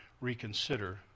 reconsider